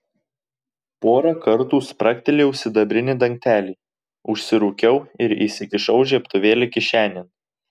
porą kartų spragtelėjau sidabrinį dangtelį užsirūkiau ir įsikišau žiebtuvėlį kišenėn